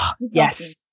Yes